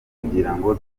kugirango